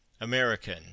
American